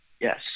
Yes